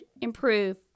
improve